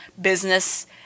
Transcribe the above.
business